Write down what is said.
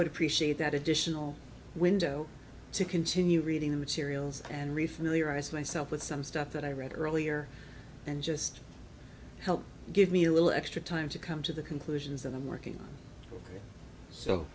would appreciate that additional window to continue reading materials and re familiarize myself with some stuff that i read earlier and just help give me a little extra time to come to the conclusions that i'm working so s